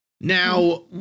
Now